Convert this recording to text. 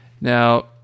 Now